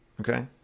Okay